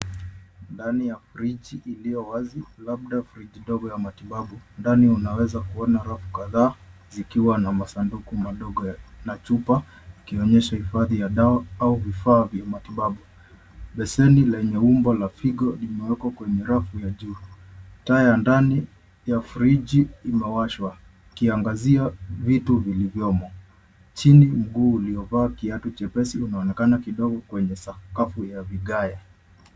Ndani ya friji iliyo wazi, labda friji ndogo ya matibabu. Ndani unawezakuona rafu kadhaa, zikiwa na masanduku madogo na chupa, ikionyesha hifadhi ya dawa au vifaa vya matibabu. Beseni lenye umbo la figo limewekwa limewekwa kwenye rafu ya juu. Taa ya ndani ya friji imewashwa, ikiangazia vitu vilivyomo. Chini mguu uliovaa kiatu chepesi unaonekana kidogo kwenye sakafu ya vigae.